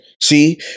see